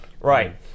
Right